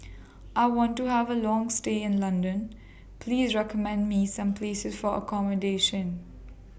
I want to Have A Long stay in London Please recommend Me Some Places For accommodation